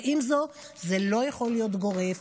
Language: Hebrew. אבל עם זאת, זה לא יכול להיות גורף.